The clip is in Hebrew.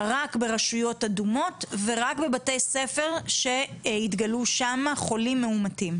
אך ורק ברשויות אדומות ורק בבתי ספר שבהם התגלו חולים מאומתים.